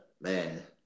man